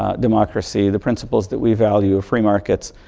ah democracy, the principles that we value, free markets,